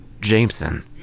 Jameson